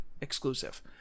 exclusive